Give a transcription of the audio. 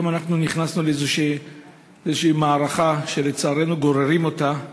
היום אנחנו נכנסנו לאיזושהי מערכה שלצערנו גוררים אותנו אליה,